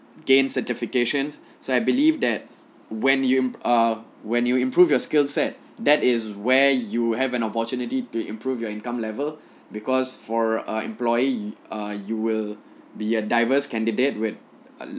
gain certifications so I believe that when you ah when you improve your skill set that is where you have an opportunity to improve your income level because for err employer ah you will be a diverse candidate with